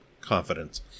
confidence